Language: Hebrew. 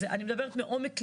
אני מדברת מעומק לבי,